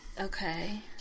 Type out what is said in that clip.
Okay